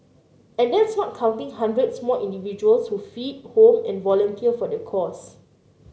and that's not counting hundreds more individuals who feed home and volunteer for the cause